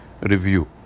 review